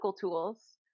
tools